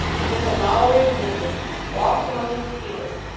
and with a lowering visage walked among the skittles,